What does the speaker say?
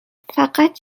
فقط